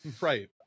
right